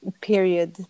period